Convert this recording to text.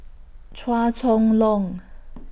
Chua Chong Long